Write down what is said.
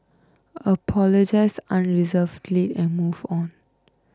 apologise unreservedly and move on